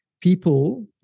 People